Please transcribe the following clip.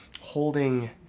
holding